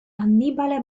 annibale